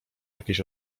jakieś